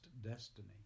destiny